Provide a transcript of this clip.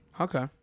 Okay